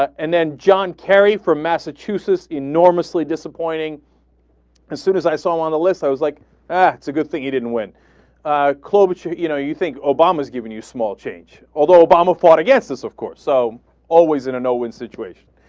and then john kerry for massachusetts enormously disappointing as soon as i saw on the less i was like that's a good thing he didn't win ah. clothes but you you know you think obama's giving you small change although baba um fought against this of course so always in a no-win situation